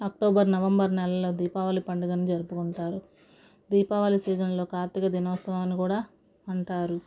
October November నెలల్లో దీపావళి పండుగను జరుపుకుంటారు దీపావళి సీజన్లో కార్తీక దినోత్సవం అని కూడా అంటారు